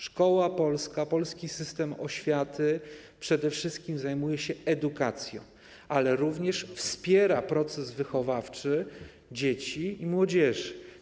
Szkoła polska, polski system oświaty przede wszystkim zajmuje się edukacją, ale również wspiera proces wychowawczy dzieci i młodzieży.